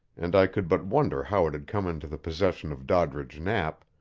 and i could but wonder how it had come into the possession of doddridge knapp,